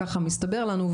ככה מסתבר לנו,